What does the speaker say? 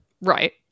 right